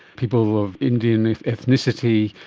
people of indian ethnicity,